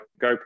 go